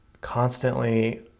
constantly